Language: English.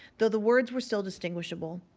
though the words were still distinguishable.